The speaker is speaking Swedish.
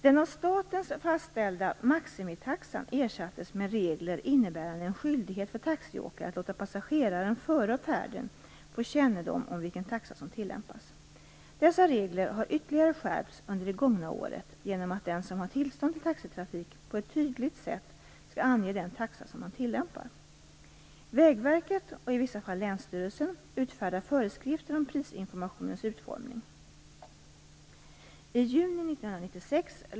Den av staten fastställda maximitaxan ersattes med regler innebärande en skyldighet för taxiåkare att låta passageraren före färden få kännedom om vilken taxa som tillämpas. Dessa regler har ytterligare skärpts under det gångna året genom att den som har tillstånd till taxitrafik på ett tydligt sätt skall ange den taxa som han tillämpar. Vägverket, och i vissa fall länsstyrelsen, utfärdar föreskrifter om prisinformationens utformning.